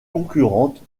concurrentes